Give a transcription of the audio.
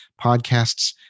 podcasts